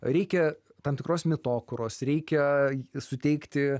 reikia tam tikros mitokūros reikia suteikti